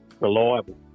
reliable